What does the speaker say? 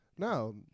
No